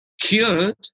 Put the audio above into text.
cured